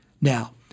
Now